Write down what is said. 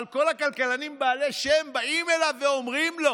אבל כל הכלכלנים בעלי השם באים אליו ואומרים לו